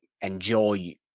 enjoy